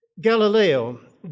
Galileo